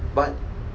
but